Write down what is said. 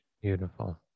Beautiful